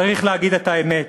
צריך להגיד את האמת.